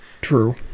True